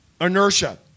inertia